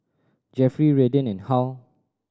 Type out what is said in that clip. Jeffery Redden and Hal